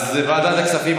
אז ועדת הכספים.